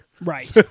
Right